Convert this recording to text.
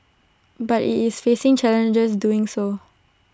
but IT is facing challenges doing so